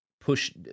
push